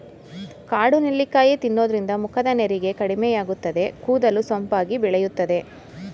ಕಾಡು ನೆಲ್ಲಿಕಾಯಿ ತಿನ್ನೋದ್ರಿಂದ ಮುಖದ ನೆರಿಗೆ ಕಡಿಮೆಯಾಗುತ್ತದೆ, ಕೂದಲು ಸೊಂಪಾಗಿ ಬೆಳೆಯುತ್ತದೆ